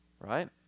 right